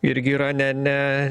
irgi yra ne ne